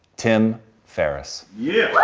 tim ferriss. yeah